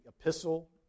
Epistle